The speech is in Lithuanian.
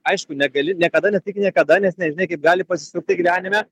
aišku negali niekada niekada nesakyk niekada nes nežinai kaip gali pasisukti gyvenime